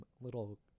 little